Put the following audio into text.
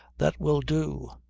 that will do.